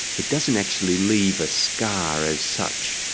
it doesn't actually leave a scar as such,